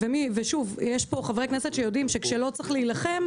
ושוב, יש פה חברי כנסת שיודעים שכשלא צריך להילחם.